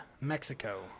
Mexico